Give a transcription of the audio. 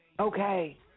Okay